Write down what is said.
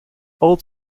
old